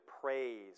praise